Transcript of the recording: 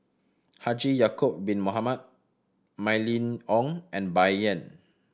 Haji Ya'acob Bin Mohamed Mylene Ong and Bai Yan